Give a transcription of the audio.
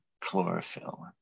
chlorophyll